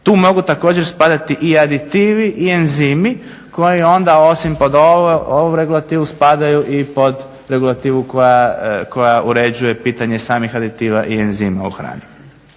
Tu mogu također spadati i aditivi i enzimi koji onda osim pod ovu regulativu spadaju i pod regulativu koja uređuje pitanje samih aditiva i enzima u hrani.